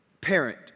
parent